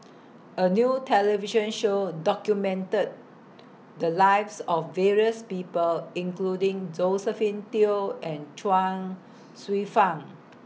A New television Show documented The Lives of various People including Josephine Teo and Chuang Hsueh Fang